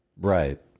right